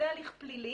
העניין ברור.